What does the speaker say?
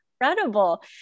incredible